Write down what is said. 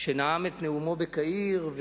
שנאם את נאומו בקהיר,